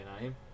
name